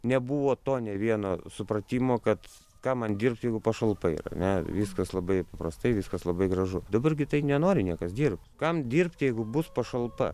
nebuvo to nė vieno supratimo kad kam man dirbt jeigu pašalpa yra ne viskas labai paprastai viskas labai gražu dabar gi tai nenori niekas dirbt kam dirbti jeigu bus pašalpa